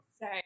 say